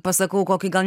pasakau kokį gal